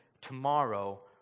tomorrow